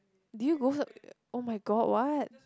do you go so [oh]-my-god what